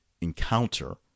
encounter